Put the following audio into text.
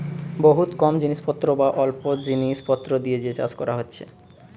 বহুত কম জিনিস পত্র বা অল্প জিনিস পত্র দিয়ে যে চাষ কোরা হচ্ছে